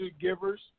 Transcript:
givers